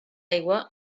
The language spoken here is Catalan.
aigua